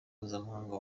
mpuzamahanga